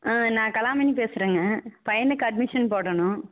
ஆ நான் கலாமணி பேசுகிறேங்க பையனுக்கு அட்மிஷன் போடணும்